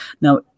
Now